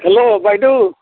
hello বাইদেউ